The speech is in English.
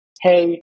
hey